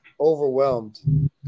overwhelmed